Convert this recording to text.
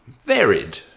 varied